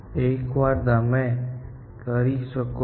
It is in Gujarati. એકવાર તમે કરી શકો છો